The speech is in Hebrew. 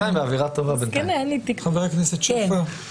חבר הכנסת שפע,